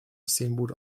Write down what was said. assembled